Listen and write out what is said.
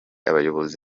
abayobozi